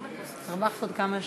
בבקשה, הרווחת עוד כמה שניות.